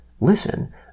Listen